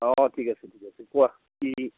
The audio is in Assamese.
অঁ ঠিক আছে ঠিক আছে কোৱা কি